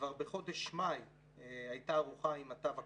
כבר בחודש מאי הייתה ערוכה עם התו הכחול.